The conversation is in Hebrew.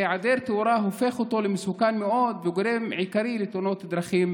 והיעדר תאורה הופך אותו למסוכן מאוד והוא גורם עיקרי לתאונות דרכים,